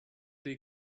they